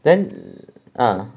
then ah